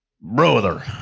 brother